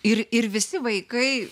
ir ir visi vaikai